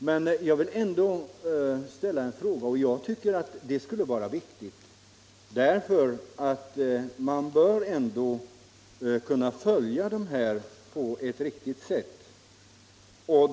Men jag vill ändå ställa en fråga, då jag tycker att det skulle vara viktigt att kunna följa dessa människor på ett riktigt sätt.